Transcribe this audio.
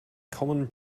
common